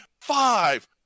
five